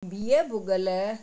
बिहु भुॻल